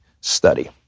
study